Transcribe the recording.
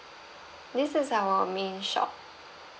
this is our main shop